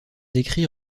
écrits